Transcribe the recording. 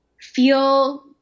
Feel